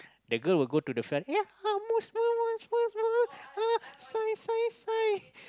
the girl will go the fan ya Muse Muse Muse Muse uh sign sign sign